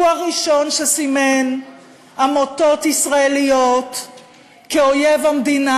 הוא הראשון שסימן עמותות ישראליות כאויב המדינה,